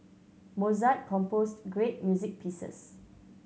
Mozart composed great music pieces